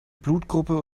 blutgruppe